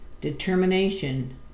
determination